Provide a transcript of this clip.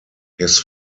his